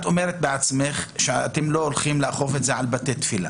את אומרת בעצמך שאתם לא הולכים לאכוף את זה על בתי תפילה.